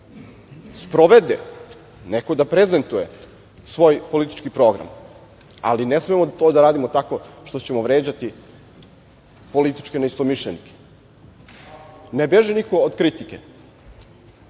sprovede, neko da prezentuje svoj politički program, ali ne smemo to da radimo tako što ćemo vređati političke neistomišljenike. Ne beži niko od kritike.